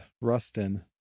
Rustin